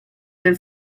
del